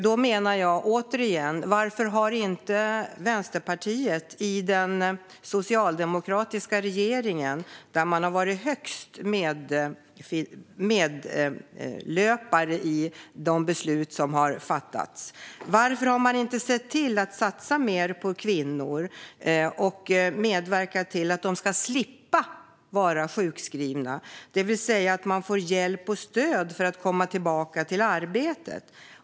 Då undrar jag återigen varför Vänsterpartiet, som i högsta grad har varit medlöpare i de beslut som den socialdemokratiska regeringen har fattat, inte har satsat mer på kvinnor och medverkat till att de ska slippa vara sjukskrivna, det vill säga att de får hjälp och stöd för att kunna komma tillbaka till arbete.